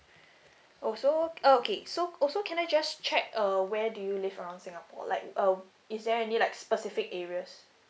oh so oh okay so also can I just check uh where do you live around singapore like uh is there any like specific areas